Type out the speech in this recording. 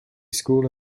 school